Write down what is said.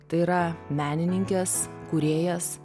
tai yra menininkes kūrėjas